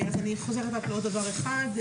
אני חוזרת רק לעוד דבר אחד.